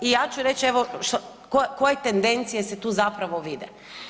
I ja ću reći evo koje tendencije se tu zapravo vide.